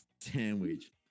Sandwich